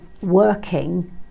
working